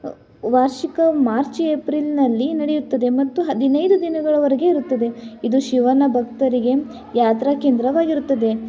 ವಾರ್ಷಿಕ ಮಾರ್ಚ್ ಏಪ್ರಿಲ್ನಲ್ಲಿ ನಡೆಯುತ್ತದೆ ಮತ್ತು ಹದಿನೈದು ದಿನಗಳವರೆಗೆ ಇರುತ್ತದೆ ಇದು ಶಿವನ ಭಕ್ತರಿಗೆ ಯಾತ್ರಾ ಕೇಂದ್ರವಾಗಿರುತ್ತದೆ